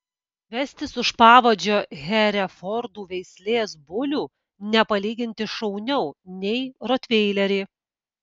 vestis už pavadžio herefordų veislės bulių nepalyginti šauniau nei rotveilerį